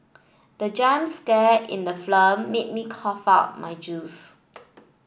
the jump scare in the made me cough out my juice